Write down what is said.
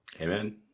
Amen